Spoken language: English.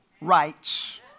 rights